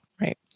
right